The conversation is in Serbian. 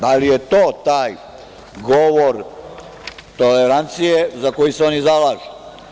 Da li je to taj govor tolerancije za koji se oni zalažu?